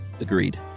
Agreed